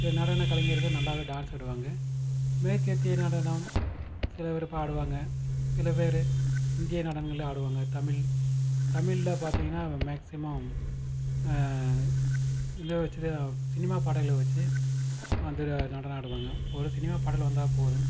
சில நடனக் கலைஞர்கள் நல்லாவே டான்ஸ் ஆடுவாங்கள் மேற்கத்திய நடனம் சிலபேர் பாடுவாங்கள் சிலபேர் இந்திய நடனங்கள்லே ஆடுவாங்கள் தமிழ் தமிழ் ல பார்த்திங்கன்னா மேக்ஸிமம் இதை வச்சுதான் சினிமா பாடல்களை வச்சு வந்து நடனம் ஆடுவாங்கள் ஒரு சினிமா பாடல் வந்தாப் போதும்